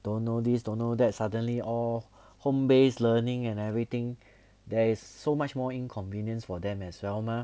don't know this don't know that suddenly all home based learning and everything there is so much more inconvenience for them as well mah